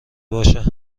باشه